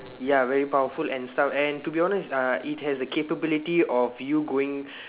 ya very powerful and stuff and to be honest uh it has a capability of you going